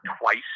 twice